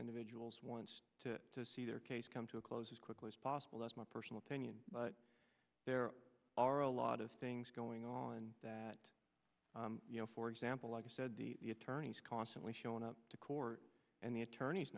individuals wants to see their case come to a close as quickly as possible that's my personal opinion but there are a lot of things going on that you know for example like i said the attorneys constantly showing up to court and the attorneys